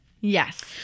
Yes